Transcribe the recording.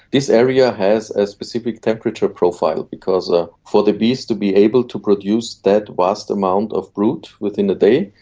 this area has a specific temperature profile, because ah for the bees to be able to produce that vast amount of brood within a day,